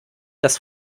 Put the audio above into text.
das